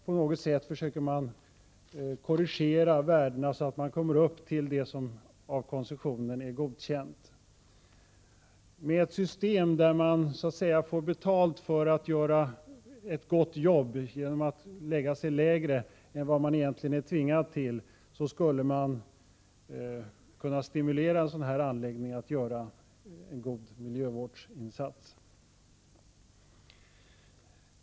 Man försöker korrigera värdena så att man kommer upp till de värden som är godkända i koncessionen. Med ett system där man så att säga får betalt för att göra ett gott jobb genom att hålla lägre värden än man egentligen är tvingad till skulle olika anläggningar kunna stimuleras till en god miljövårdsinsats.